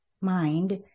mind